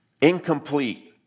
incomplete